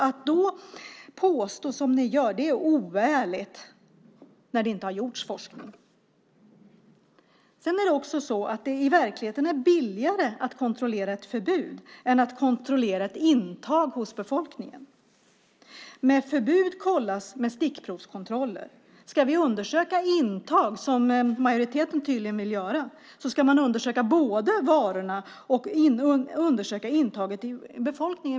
Att påstå som ni gör är oärligt när det inte har gjorts någon forskning. I verkligheten är det billigare att kontrollera ett förbud än att kontrollera ett intag hos befolkningen. Förbud kollas med stickprovskontroller. Ska vi undersöka intag, som majoriteten tydligen vill, ska man undersöka både varorna och befolkningens intag.